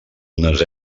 unes